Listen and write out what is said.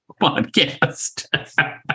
podcast